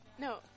No